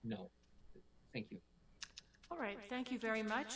no thank you all right thank you very much